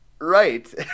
Right